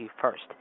first